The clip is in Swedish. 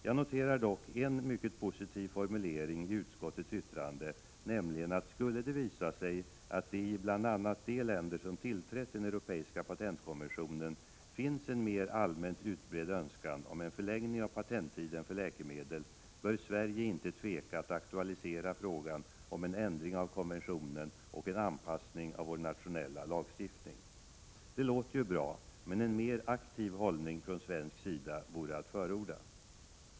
Jag noterar dock en mycket positiv formulering i 113 utskottets yttrande: ”Skulle det visa sig att det i bl.a. de länder som tillträtt den europeiska patentkonventionen finns en mera allmänt utbredd önskan om en förlängning av patenttiden för läkemedel bör Sverige inte tveka att aktualisera frågan om en ändring av konventionen och en anpassning av vår nationella lagstiftning.” Det låter ju bra, men en mer aktiv hållning från svensk sida vore att förorda.